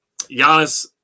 Giannis